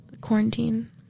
quarantine